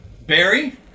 Barry